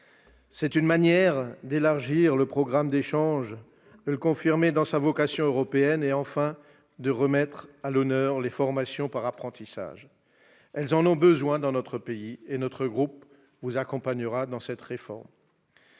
C'est une manière d'élargir le programme d'échanges, de le confirmer dans sa vocation européenne et de remettre enfin à l'honneur les formations par apprentissage, qui en ont besoin dans notre pays. Notre groupe vous accompagnera dans cette réforme.